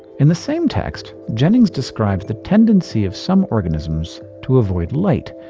in the same text, jennings describes the tendency of some organisms to avoid light,